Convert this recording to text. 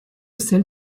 celle